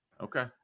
Okay